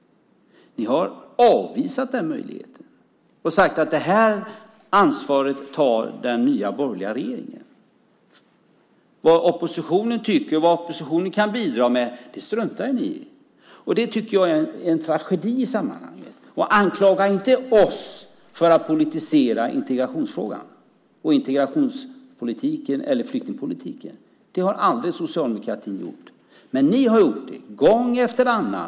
Ni har avvisat den möjligheten. Ni har sagt att det ansvaret tar den nya borgerliga regeringen. Vad oppositionen tycker och vad oppositionen kan bidra med struntar ni i. Det tycker jag är en tragedi i sammanhanget. Anklaga inte oss för att politisera integrationsfrågan och integrationspolitiken eller flyktingpolitiken! Det har aldrig socialdemokratin gjort. Men ni har gjort det gång efter annan.